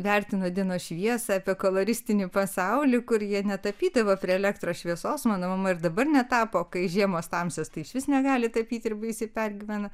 vertino dienos šviesą apie koloristinį pasaulį kur jie netapydavo prie elektros šviesos mano mama ir dabar netapo kai žiemos tamsios tai išvis negali tapyti ir baisiai pergyvena